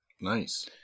Nice